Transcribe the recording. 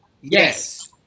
yes